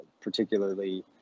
particularly